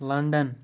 London